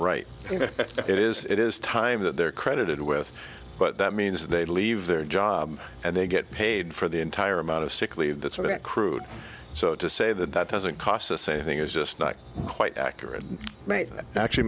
right it is it is time that they are credited with but that means they leave their job and they get paid for the entire amount of sick leave that's a bit crude so to say that that doesn't cost the same thing is just not quite accurate might actually